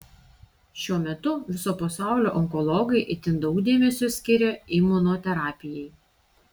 šiuo metu viso pasaulio onkologai itin daug dėmesio skiria imunoterapijai